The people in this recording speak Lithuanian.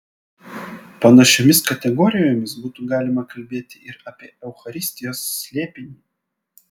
panašiomis kategorijomis būtų galima kalbėti ir apie eucharistijos slėpinį